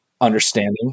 understanding